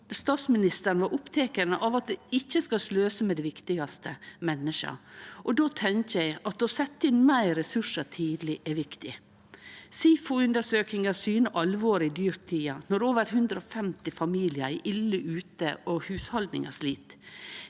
Statsministeren var oppteken av at vi ikkje skal sløse med det viktigaste, menneska, og då tenkjer eg at å setje inn meir ressursar tidleg er viktig. SIFOundersøkinga syner alvoret i dyrtida når over 150 000 familiar er ille ute, og hushald slit.